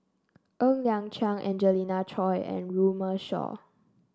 Ng Liang Chiang Angelina Choy and Runme Shaw